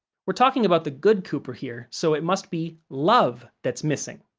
we're talking about the good cooper here, so it must be love that's missing.